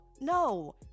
no